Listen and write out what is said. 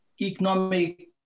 economic